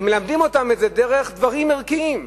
מלמדים אותם את זה דרך דברים ערכיים.